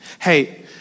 Hey